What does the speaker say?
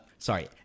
Sorry